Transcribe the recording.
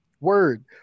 word